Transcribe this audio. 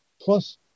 plus